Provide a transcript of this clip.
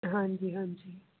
ਹਾਂਜੀ ਹਾਂਜੀ